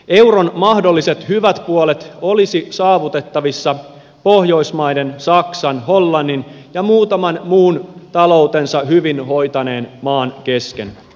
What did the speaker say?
euron mahdolliset hyvät puolet olisivat saavutettavissa pohjoismaiden saksan hollannin ja muutaman muun taloutensa hyvin hoitaneen maan kesken